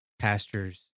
Pastors